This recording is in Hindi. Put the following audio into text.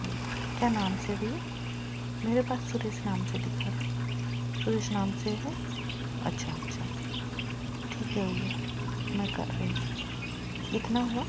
जी क्या नाम से है भयय मेरे पास सुरेश नाम से दिखा रहा सुरेश नाम से है अच्छा अच्छा ठीक है भयय मैं कर रही हूँ कितना हुआ